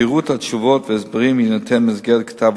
פירוט התשובות וההסברים יינתן במסגרת כתב